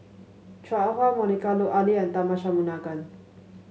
Chua Ah Huwa Monica Lut Ali and Tharman Shanmugaratnam